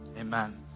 Amen